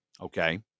Okay